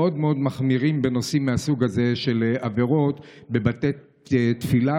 מאוד מאוד מחמירים בנושאים מהסוג הזה של עבירות בבתי תפילה,